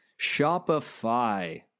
Shopify